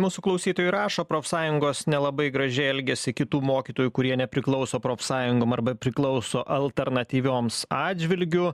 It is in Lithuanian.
mūsų klausytojai rašo profsąjungos nelabai gražiai elgiasi kitų mokytojų kurie nepriklauso profsąjungom arba priklauso alternatyvioms atžvilgiu